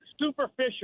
superficial